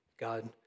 God